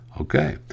Okay